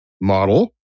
model